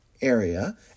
area